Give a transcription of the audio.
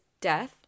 death